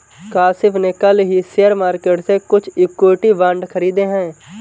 काशिफ़ ने कल ही शेयर मार्केट से कुछ इक्विटी बांड खरीदे है